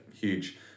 huge